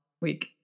week